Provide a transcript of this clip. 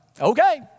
okay